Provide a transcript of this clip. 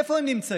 איפה הם נמצאים?